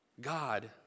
God